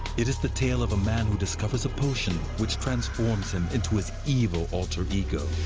it is the tale of a man who discovers a potion which transforms him into his evil alter ego.